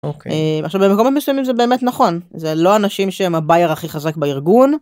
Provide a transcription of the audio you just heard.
עכשיו במקומות מסוימים זה באמת נכון, זה לא אנשים שהם הבייר הכי חזק בארגון.